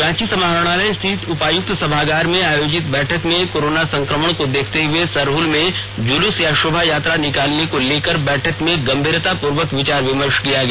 रांची समाहरणालय स्थित उपायुक्त सभागार में आयोजित बैठक में कोरोना संक्रमण को देखते हुए सरहल में जुलूस या शोभायात्रा निकालने को लेकर बैठक में गंभीरता पूर्वक विचार विमर्श किया गया